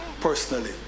personally